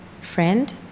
Friend